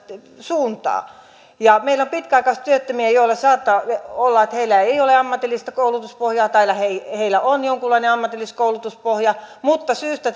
suuntaa meillä on pitkäaikaistyöttömiä joilla saattaa olla että heillä ei ole ammatillista koulutuspohjaa tai heillä heillä on jonkunlainen ammatillinen koulutuspohja mutta syystä